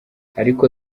ariko